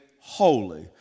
holy